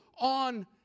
on